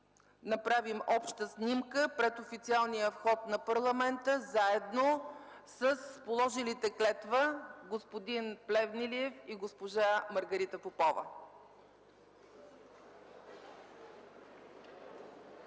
направим обща снимка пред официалния вход на парламента, заедно с положилите клетва господин Плевнелиев и госпожа Маргарита Попова.